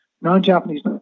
non-Japanese